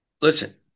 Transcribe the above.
listen